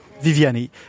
Viviani